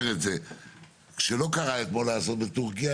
את זה כשלא קרה אתמול האסון בטורקיה,